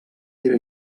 era